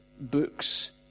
books